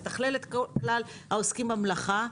לתכלל את כלל העוסקים במלאכה,